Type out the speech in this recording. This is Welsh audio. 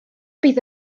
bydd